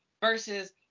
versus